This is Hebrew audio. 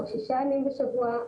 או שישה ימים בשבוע,